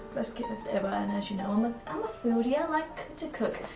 best gift ever, and as you know i'm ah i'm a foodie. i like to cook.